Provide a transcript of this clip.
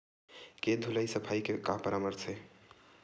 के धुलाई सफाई के का परामर्श हे?